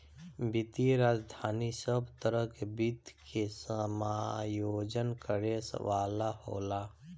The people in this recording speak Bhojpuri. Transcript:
वित्तीय राजधानी सब तरह के वित्त के समायोजन करे वाला होला